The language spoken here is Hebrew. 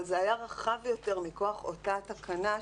אבל זה היה רחב יותר מכוח אותה תקנה,